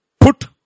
put